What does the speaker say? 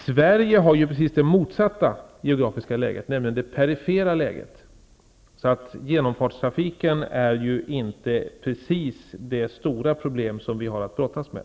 Sverige har precis det motsatta geografiska läget, nämligen det perifera läget. Genomfartstrafiken i Sverige är ju inte precis det största problemet som vi har att brottas med.